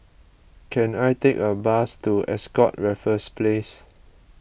can I take a bus to Ascott Raffles Place